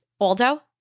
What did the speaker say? Aldo